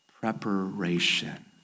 preparation